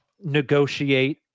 negotiate